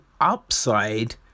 upside